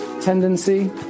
tendency